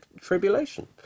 tribulation